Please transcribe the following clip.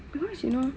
because you know